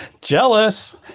Jealous